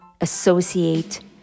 associate